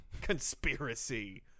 Conspiracy